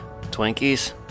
Twinkies